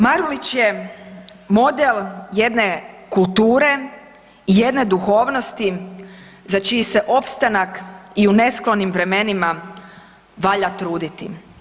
Marulić je model jedne kulture, jedne duhovnosti za čiji se opstanak i u nesklonim vremenima valja truditi.